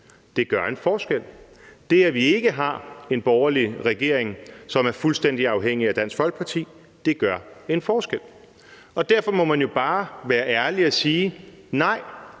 gør en forskel. Det, at vi ikke har en borgerlig regering, som er fuldstændig afhængig af Dansk Folkeparti, gør en forskel. Derfor må man jo bare være ærlig og sige: Nej,